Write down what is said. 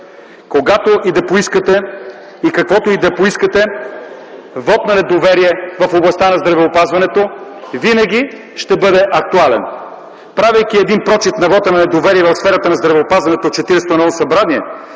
Когато и да поискате, каквото и да поискате – вот на недоверие в областта на здравеопазването винаги ще бъде актуален. Правейки един прочит на вота на недоверие в сферата на здравеопазването в 40-то Народно събрание,